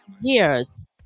years